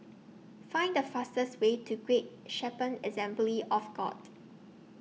Find The fastest Way to Great Shepherd Assembly of God